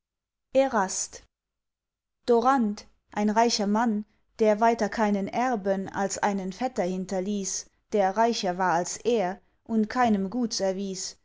sein erast dorant ein reicher mann der weiter keinen erben als einen vetter hinterließ der reicher war als er und keinem guts erwies